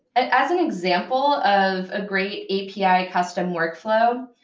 and as an example of a great api custom workflow,